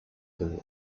than